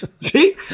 See